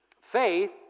Faith